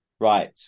Right